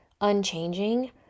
unchanging